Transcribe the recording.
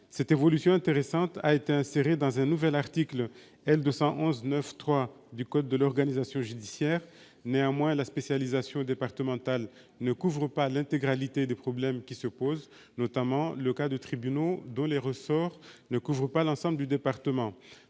Cette évolution intéressante a été insérée dans un nouvel article L. 211-9-3 du code de l'organisation judiciaire. Néanmoins, la spécialisation départementale ne couvre pas l'intégralité des problèmes qui se posent, notamment le cas de tribunaux dont les ressorts ne couvrent pas l'ensemble du département.